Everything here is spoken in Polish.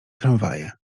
tramwaje